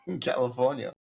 California